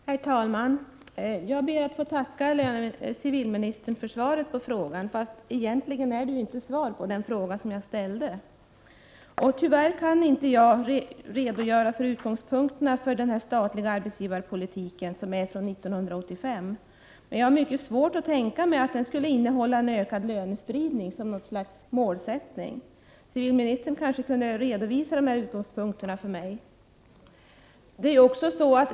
Herr talman! Jag ber att få tacka civilministern för svaret på frågan, fast egentligen är det ju inte svar på den fråga som jag ställde. Tyvärr kan inte jag redogöra för utgångspunkterna för den statliga arbetsgivarpolitiken från 1985. Jag har emellertid mycket svårt att tänka mig att den skall ha ökad lönespridning som något slags målsättning. Civilministern kanske kunde redovisa dessa utgångspunkter för mig.